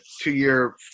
two-year